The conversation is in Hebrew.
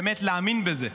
באמת להאמין בזה,